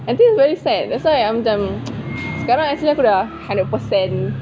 until very sad that's why aku macam sekarang aku dah hundred percent